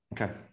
Okay